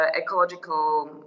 ecological